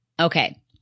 Okay